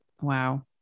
Wow